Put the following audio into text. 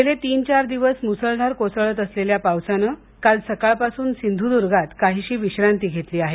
गेले तीन चार दिवस म्सळधार कोसळत असलेल्या पावसानं काल सकाळपासून सिंधूदर्गात काहीशी विश्रांती घेतली आहे